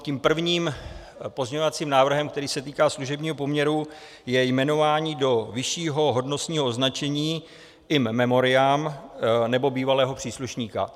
Tím prvním pozměňovacím návrhem, který se týká služebního poměru, je jmenování do vyššího hodnostního označení in memoriam nebo bývalého příslušníka.